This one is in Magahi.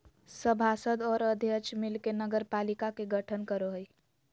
सभासद और अध्यक्ष मिल के नगरपालिका के गठन करो हइ